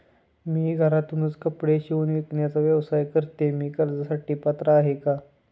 मी घरातूनच कपडे शिवून विकण्याचा व्यवसाय करते, मी कर्जासाठी पात्र आहे का?